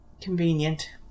convenient